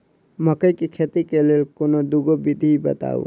मकई केँ खेती केँ लेल कोनो दुगो विधि बताऊ?